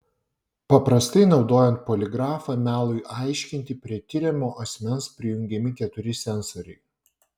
paprastai naudojant poligrafą melui aiškinti prie tiriamo asmens prijungiami keturi sensoriai